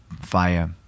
fire